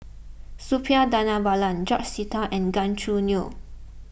Suppiah Dhanabalan George Sita and Gan Choo Neo